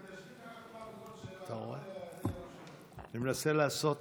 אני מנסה לעשות